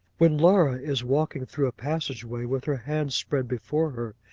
when laura is walking through a passage-way, with her hands spread before her,